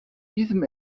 diesem